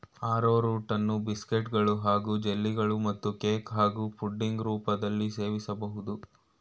ಆರ್ರೋರೂಟನ್ನು ಬಿಸ್ಕೆಟ್ಗಳು ಹಾಗೂ ಜೆಲ್ಲಿಗಳು ಮತ್ತು ಕೇಕ್ ಹಾಗೂ ಪುಡಿಂಗ್ ರೂಪದಲ್ಲೀ ಸೇವಿಸ್ಬೋದು